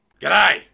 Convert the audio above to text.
G'day